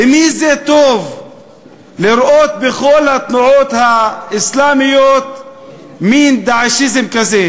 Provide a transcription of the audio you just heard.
למי זה טוב לראות בכל התנועות האסלאמיות מין "דאעשיזם" כזה?